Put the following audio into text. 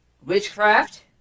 Witchcraft